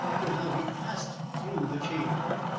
and how he passed through the change.